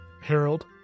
Harold